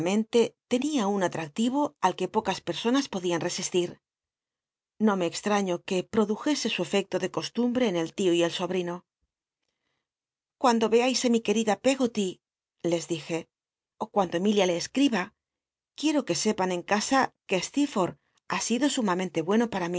un atractiyo al que pocas personas podían resistir no me extrañó que ptoclujcsc su efecto de costumbre en el tío y el sobrino cuando eais ü mi quetida l'eggoly les dije ó cuando emilia le cscl'iba quiero que sepan en casa que slcci foi'lh ha sido sumamente bueno para